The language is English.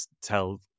tell